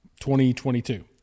2022